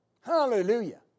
Hallelujah